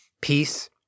peace